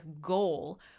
goal